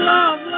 Love